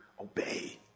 obey